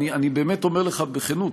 אני אומר לך בכנות,